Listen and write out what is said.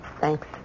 thanks